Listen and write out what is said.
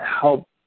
help